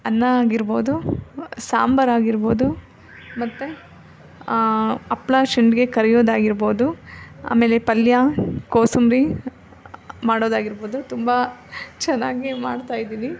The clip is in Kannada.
ಅನ್ನ ಆಗಿರ್ಬೋದು ಸಾಂಬಾರು ಆಗಿರ್ಬೋದು ಮತ್ತು ಹಪ್ಳ ಸೆಂಡ್ಗೆ ಕರಿಯೋದು ಆಗಿರ್ಬೋದು ಆಮೇಲೆ ಪಲ್ಯ ಕೋಸಂಬ್ರಿ ಮಾಡೋದು ಆಗಿರ್ಬೋದು ತುಂಬ ಚೆನ್ನಾಗಿ ಮಾಡ್ತಾ ಇದ್ದೀನಿ